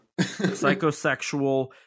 Psychosexual